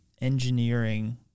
engineering